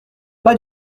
pas